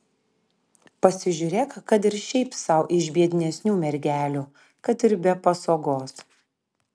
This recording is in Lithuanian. pasižiūrėk kad ir šiaip sau iš biednesnių mergelių kad ir be pasogos